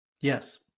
Yes